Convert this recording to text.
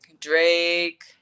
drake